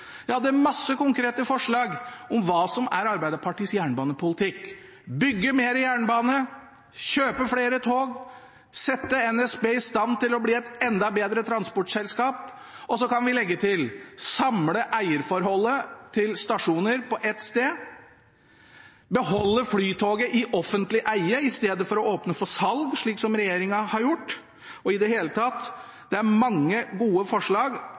masse konkrete forslag om hva som er Arbeiderpartiets jernbanepolitikk: bygge mer jernbane, kjøpe flere tog, sette NSB i stand til å bli et enda bedre transportselskap. Og så kan vi legge til: samle eierforholdet til stasjoner på ett sted, beholde Flytoget i offentlig eie istedenfor å åpne for salg, slik som regjeringen har gjort. Det er i det hele tatt mange gode forslag,